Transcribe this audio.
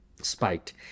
spiked